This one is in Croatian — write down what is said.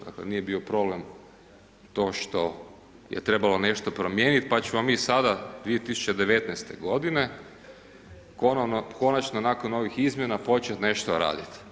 Dakle nije bio problem to što je trebalo nešto promijeniti pa ćemo mi sada 2019. godine konačno nakon ovih izmjena početi nešto raditi.